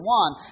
one